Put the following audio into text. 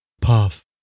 Puff